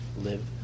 live